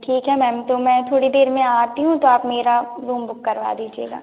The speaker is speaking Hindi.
ठीक है मैम तो मैं थोड़ी देर में आती हूँ तो आप मेरा रूम बुक करवा दीजिएगा